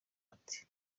ati